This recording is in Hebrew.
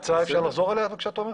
אפשר לחזור על ההצעה, בבקשה, תומר?